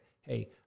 hey